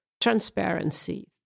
transparency